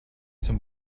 zum